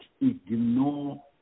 ignore